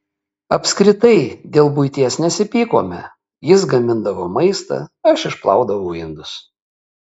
apskritai dėl buities nesipykome jis gamindavo maistą aš išplaudavau indus